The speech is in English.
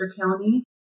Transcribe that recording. County